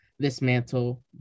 dismantle